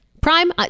Prime